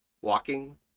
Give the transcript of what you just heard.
Walking